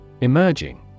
Emerging